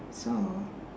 so